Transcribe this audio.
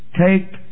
take